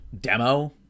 demo